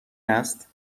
است